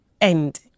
end